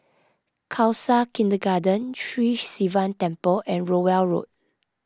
Khalsa Kindergarten Sri Sivan Temple and Rowell Road